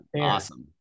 awesome